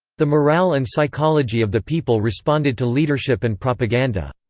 the morale and psychology of the people responded to leadership and propaganda.